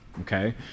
okay